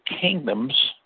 kingdoms